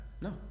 no